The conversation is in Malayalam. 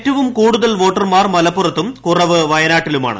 ഏറ്റവും കൂടുതൽ വോട്ടർമാർ മലപ്പുറത്തും കുറവ് വയനാട്ടിലുമാണ്